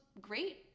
great